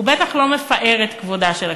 הוא בטח לא מפאר את כבודה של הכנסת.